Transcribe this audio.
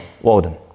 Walden